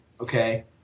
okay